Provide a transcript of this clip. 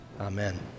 Amen